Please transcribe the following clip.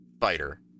fighter